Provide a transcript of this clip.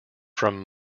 from